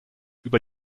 über